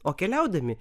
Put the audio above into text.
o keliaudami